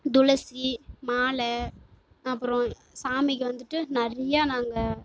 துளசி மாலை அப்றம் சாமிக்கு வந்துவிட்டு நிறைய நாங்கள்